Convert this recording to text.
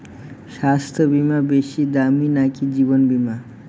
স্বাস্থ্য বীমা বেশী দামী নাকি জীবন বীমা?